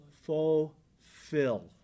Fulfill